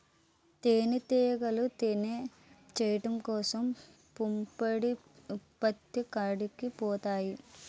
తేనిటీగలు తేనె చేయడం కోసం పుప్పొడి ఉత్పత్తి కాడికి పోతాయి